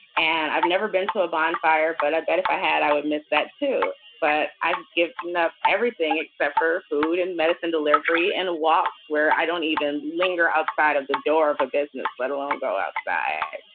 and i've never been to a bonfire. but i bet if i had, i would miss that too. but i'd give up everything except for food and medicine delivery and walks where i don't even linger outside of the door of a business, let alone go outside.